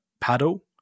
Paddle